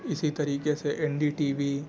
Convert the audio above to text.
اس طریقے سے N D T وی